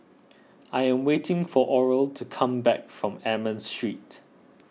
I am waiting for Oral to come back from Almond Street